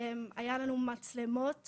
היו לנו מצלמות בבית,